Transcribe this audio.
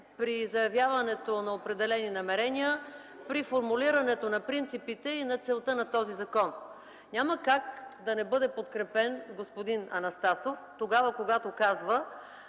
при заявяването на определени намерения, при формулирането на принципите и целта му. Няма как да не бъде подкрепен господин Анастасов тогава, когато казва,